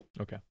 Okay